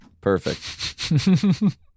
Perfect